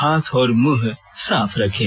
हाथ और मुंह साफ रखें